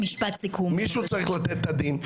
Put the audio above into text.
מישהו צריך לתת את הדין.